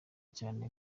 cyane